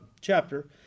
chapter